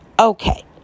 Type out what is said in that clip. Okay